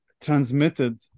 transmitted